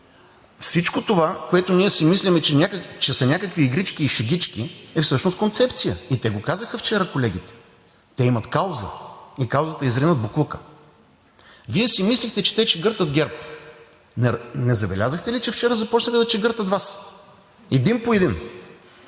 Всичко това, което ние си мислим, че са някакви игрички и шегички, е всъщност концепция! И колегите го казаха вчера. Те имат кауза и каузата е да изринат боклука! Вие си мислите, че те чегъртат ГЕРБ. Не забелязахте ли, че вчера започнаха да чегъртат Вас – един по един,